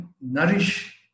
nourish